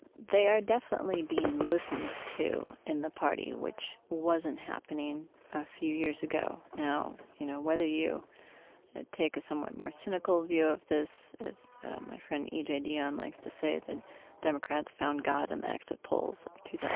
they are definitely being listened to in the party, which wasn't happening a few years ago. now, you know, whether you take a somewhat more cynical view of this, as my friend e j. dionne likes to say, that democrats found god in the exit polls of two